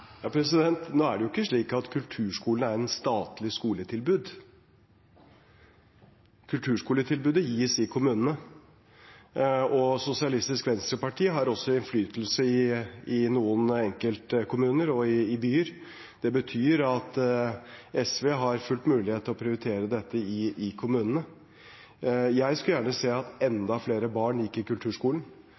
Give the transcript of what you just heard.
Nå er det ikke slik at kulturskolen er et statlig skoletilbud. Kulturskoletilbudet gis i kommunene. Sosialistisk Venstreparti har også innflytelse i enkelte kommuner og i byer. Det betyr at SV har full mulighet til å prioritere dette i kommunene. Jeg skulle gjerne sett at enda flere barn gikk i kulturskolen,